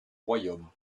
royaume